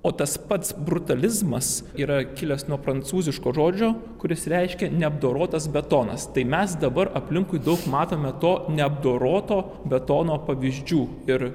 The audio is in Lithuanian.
o tas pats brutalizmas yra kilęs nuo prancūziško žodžio kuris reiškia neapdorotas betonas tai mes dabar aplinkui daug matome to neapdoroto betono pavyzdžių ir